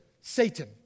Satan